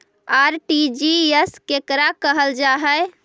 RTGS केकरा कहल जा है?